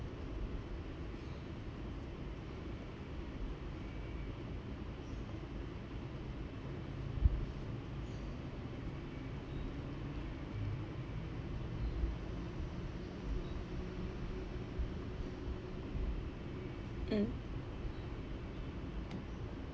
mm